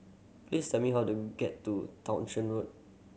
please tell me how to get to Townshend Road